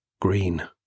green